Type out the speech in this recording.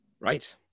right